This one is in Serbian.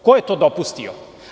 Ko je to dopustio?